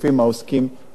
הדברים שאמרתי קודם,